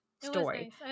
story